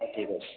ହେଉ ଠିକ୍ ଅଛି